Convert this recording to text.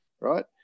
right